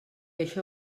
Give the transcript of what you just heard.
això